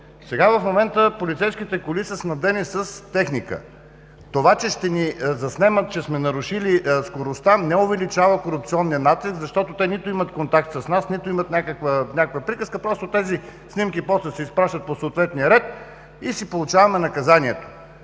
Сега в момента полицейските коли са снабдени с техника. Това, че ще ни заснемат, защото сме нарушили скоростта, не увеличава корупционния натиск. Защото те нито имат контакт с нас, нито имат някаква приказка, а просто тези снимки после се изпращат по съответния ред и си получаваме наказанието!